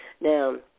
Now